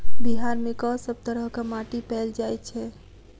बिहार मे कऽ सब तरहक माटि पैल जाय छै?